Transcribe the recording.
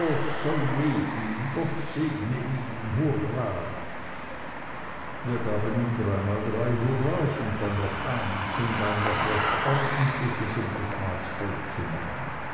soll leben gott segne ihn hurra wir gaben ihm dreimal drei hurras und dann noch eins und ein noch recht ordentliches um das maß vollzumachen